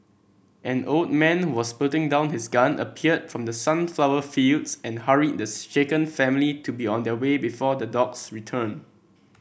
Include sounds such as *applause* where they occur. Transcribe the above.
an old man who was putting down his gun appeared from the sunflower fields and hurried the *unintelligible* shaken family to be on their way before the dogs return